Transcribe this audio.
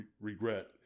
regret